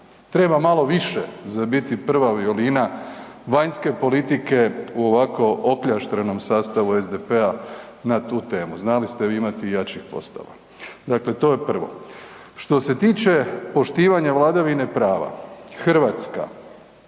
Treba malo više za biti prva violina vanjske politike u ovako okljaštrenom sastavu SDP-a na tu temu. Znali s te vi imati i jačih postava. Dakle, to je prvo. Što se tiče poštivanja vladavine prava, Hrvatska,